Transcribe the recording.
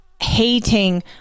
hating